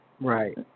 Right